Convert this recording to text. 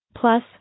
Plus